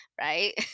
right